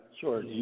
Sure